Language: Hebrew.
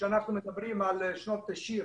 ואנחנו מדברים על שנות ה-90,